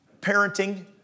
Parenting